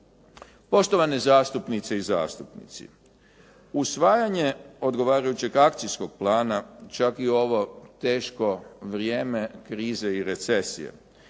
Poštovane zastupnice i zastupnici, usvajanje odgovarajućeg akcijskog plana, čak i ovo teško vrijeme krize i recesije